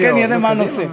נראה מה הנושא.